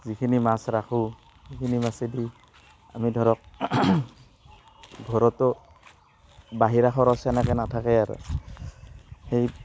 যিখিনি মাছ ৰাখোঁ সেইখিনি মাছেদি আমি ধৰক ঘৰতো বাহিৰা খৰচ তেনেকৈ নাথাকে আৰু সেই